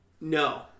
No